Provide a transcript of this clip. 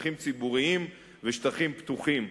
שטחים ציבוריים ושטחים פתוחים,